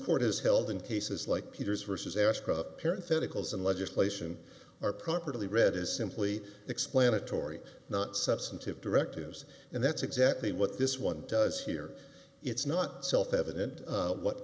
court is held in cases like peters versus ashcroft parent physicals and legislation or properly read is simply explanatory not substantive directives and that's exactly what this one does here it's not self evident what